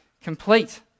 complete